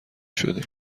شدیم